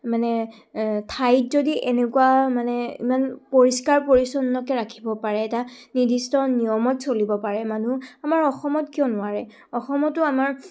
মানে ঠাইত যদি এনেকুৱা মানে ইমান পৰিষ্কাৰ পৰিচ্ছন্নকৈ ৰাখিব পাৰে এটা নিৰ্দিষ্ট নিয়মত চলিব পাৰে মানুহ আমাৰ অসমত কিয় নোৱাৰে অসমতো আমাৰ